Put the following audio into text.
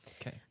Okay